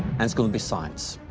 and it's going to be science.